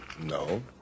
No